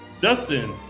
Justin